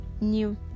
new